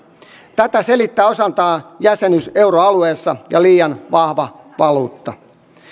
tätä selittää osaltaan jäsenyys euroalueessa ja liian vahva valuutta